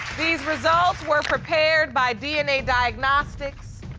these results were prepared by dna diagnostics